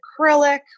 acrylic